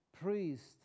priest